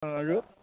অঁ আৰু